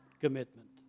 commitment